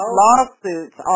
lawsuits